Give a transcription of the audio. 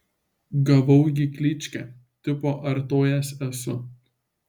gavau gi kličkę tipo artojas esu